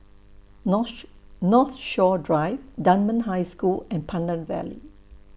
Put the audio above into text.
Northshore Drive Dunman High School and Pandan Valley